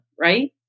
right